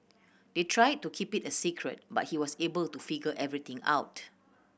they tried to keep it a secret but he was able to figure everything out